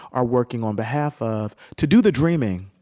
are working on behalf of to do the dreaming,